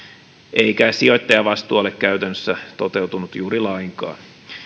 eikä sijoittajavastuu ole käytännössä toteutunut juuri lainkaan